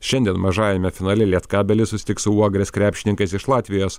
šiandien mažajame finale lietkabelis susitiks su uogrės krepšininkais iš latvijos